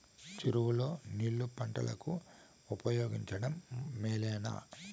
చెరువు లో నీళ్లు పంటలకు ఉపయోగించడం మేలేనా?